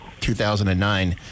2009